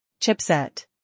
Chipset